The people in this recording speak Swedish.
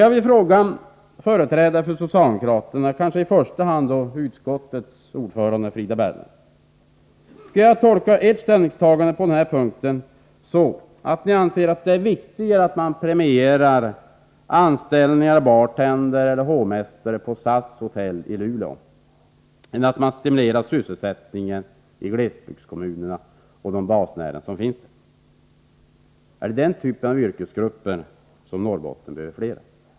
Jag vill fråga företrädare för socialdemokraterna, kanske i första hand utskottets ordförande Frida Berglund: Skall jag tolka ert ställningstagande så, att ni anser att det är viktigare att premiera anställning av en bartender eller hovmästare på SAS Hotell i Luleå än att stimulera sysselsättningen i glesbygdskommunerna och de basnäringar som finns där? Är det sådana yrkesgrupper som Norrbotten behöver fler av?